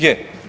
Je.